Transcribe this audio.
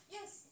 Yes